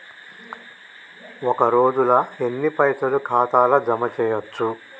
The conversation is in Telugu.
ఒక రోజుల ఎన్ని పైసల్ ఖాతా ల జమ చేయచ్చు?